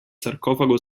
sarcofago